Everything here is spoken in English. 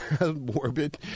morbid